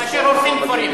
כאשר הורסים כפרים.